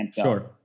sure